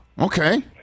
Okay